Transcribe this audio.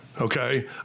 okay